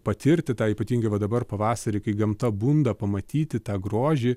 patirti tą ypatingai va dabar pavasarį kai gamta bunda pamatyti tą grožį